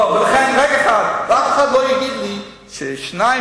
ואף אחד לא יגיד לי ששיניים,